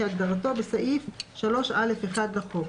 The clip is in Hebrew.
כהגדרתו בסעיף 3(א)(1) לחוק.